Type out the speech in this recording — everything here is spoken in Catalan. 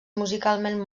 musicalment